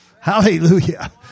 Hallelujah